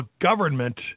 government